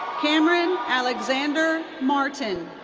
cameron alexander martin.